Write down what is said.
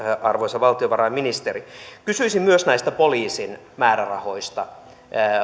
arvoisa valtiovarainministeri kysyisin myös näistä poliisin määrärahoista